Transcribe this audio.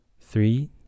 Three